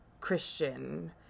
Christian